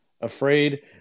afraid